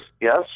yes